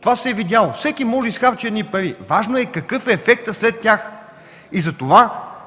Това се е видяло – всеки може да изхарчи едни пари, важно е какъв е ефектът след тях.